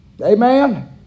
Amen